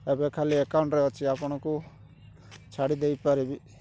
ଏବେ ଖାଲି ଏକାଉଣ୍ଟରେ ଅଛି ଆପଣଙ୍କୁ ଛାଡ଼ି ଦେଇପାରିବି